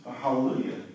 Hallelujah